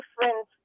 different